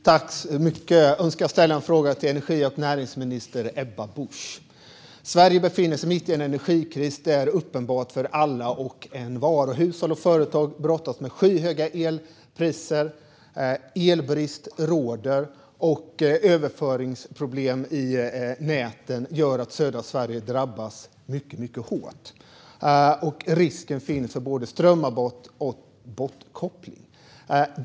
Herr talman! Jag önskar ställa en fråga till energi och näringsminister Ebba Busch. Sverige befinner sig mitt i en energikris. Det är uppenbart för alla och envar. Hushåll och företag brottas med skyhöga elpriser, elbrist råder och överföringsproblem i näten gör att södra Sverige drabbas mycket hårt. Det finns också risk för både strömavbrott och bortkoppling.